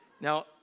Now